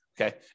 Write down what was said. Okay